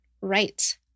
Right